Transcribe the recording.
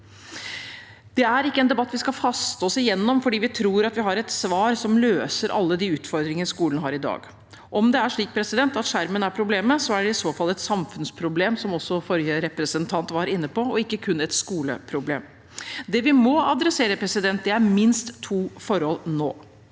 Det er ikke en debatt vi skal haste igjennom fordi vi tror at vi har et svar som løser alle de utfordringene skolen har i dag. Om det er slik at skjermen er problemet, er det i så fall et samfunnsproblem, som også forrige representant var inne på, og ikke kun et skoleproblem. Det vi må adressere, er minst to forhold nå: